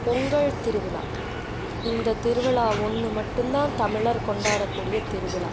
பொங்கல் திருவிழா இந்த திருவிழா ஒன்று மட்டுந்தான் தமிழர் கொண்டாட கூடிய திருவிழா